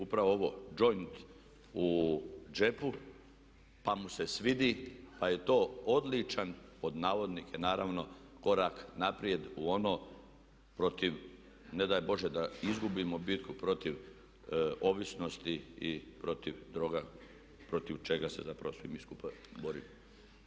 Upravo ovo džoint u džepu pa mu se svidi, pa je to odličan pod navodnike naravno korak naprijed u ono protiv ne daj Bože da izgubimo bitku protiv ovisnosti i protiv droga, protiv čega se zapravo svi mi skupa borimo.